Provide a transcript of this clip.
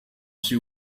she